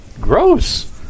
Gross